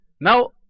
Now